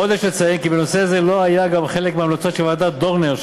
עוד יש לציין כי נושא זה לא היה גם חלק מהמלצות ועדת דורנר,